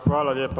Hvala lijepa.